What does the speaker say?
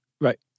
Right